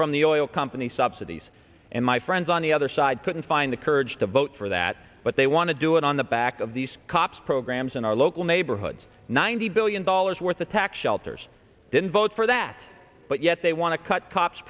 from the oil company subsidies and my friends on the other side couldn't find the courage to vote for that but they want to do it on the back of these cops programs in our local neighborhoods ninety billion dollars worth of tax shelters didn't vote for that but yet they want to cut cops